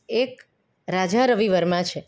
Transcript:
એક રાજા રવિ વર્મા છે